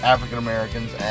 African-Americans